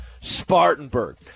Spartanburg